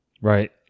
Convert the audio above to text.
right